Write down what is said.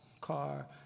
car